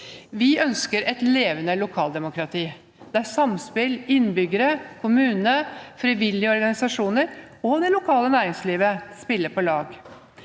Vi ønsker et levende lokaldemokrati der innbyggere, kommune, frivillige organisasjoner og det lokale næringslivet spiller på lag.